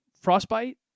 frostbite